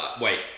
Wait